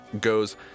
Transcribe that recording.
goes